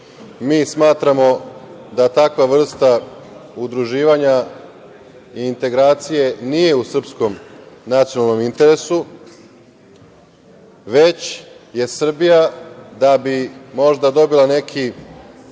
Mi smatramo da takva vrsta udruživanja i integracije nije u srpskom nacionalnom interesu, već je Srbija, da bi možda dobila neki